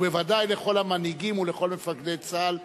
ובוודאי לכל המנהיגים ולכל מפקדי צה"ל,